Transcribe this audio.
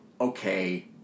okay